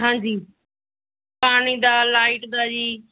ਹਾਂਜੀ ਪਾਣੀ ਦਾ ਲਾਈਟ ਦਾ ਜੀ